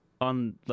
on